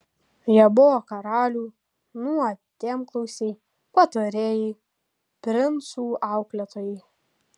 jie buvo karalių nuodėmklausiai patarėjai princų auklėtojai